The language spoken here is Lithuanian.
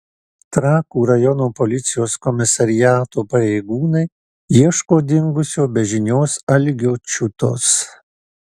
trakų rajono policijos komisariato pareigūnai ieško dingusio be žinios algio čiutos